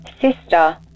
Sister